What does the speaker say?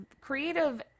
creative